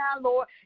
Lord